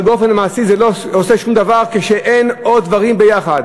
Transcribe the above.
אבל באופן מעשי זה לא עושה שום דבר כשאין עוד דברים ביחד.